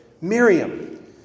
Miriam